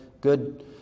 good